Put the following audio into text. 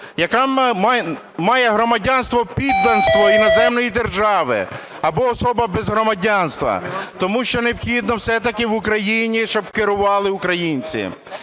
яка має громадянство, підданство іноземної держави або особа без громадянства". Тому що необхідно все-таки в Україні, щоб керували українці,